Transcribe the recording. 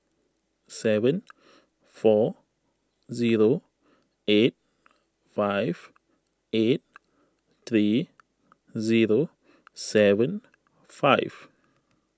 seven four zero eight five eight three zero seven five